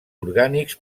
orgànics